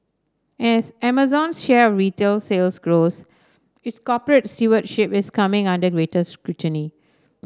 as Amazon's share of retail sales grows its corporate stewardship is coming under greater scrutiny